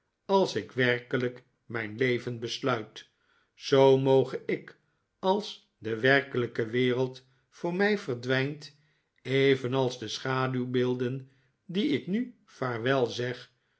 als ik werkelijk mijn leven besluit zoo moge ik als de werkelijke wereld voor mij verdwijnt evenals de schaduwbeelden die ik nu vaarwel zeg